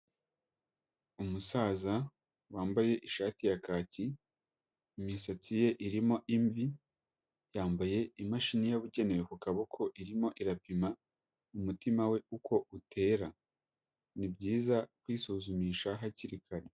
Umusaza wambaye ishati ya kaki imisatsi ye irimo imvi yambaye imashini yabugenewe ku kaboko irimo irapima umutima we uko utera, ni byiza kwisuzumisha hakiri kare.